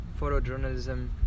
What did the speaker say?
photojournalism